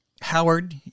Howard